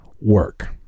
Work